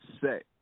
set